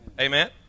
Amen